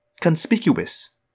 conspicuous